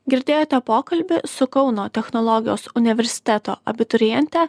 girdėjote pokalbį su kauno technologijos universiteto abituriente